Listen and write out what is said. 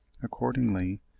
accordingly,